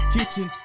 Kitchen